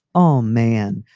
oh, man.